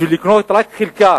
בשביל לקנות רק חלקה